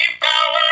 power